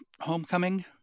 Homecoming